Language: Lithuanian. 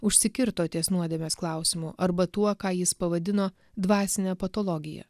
užsikirto ties nuodėmės klausimu arba tuo ką jis pavadino dvasine patologija